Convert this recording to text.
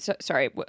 sorry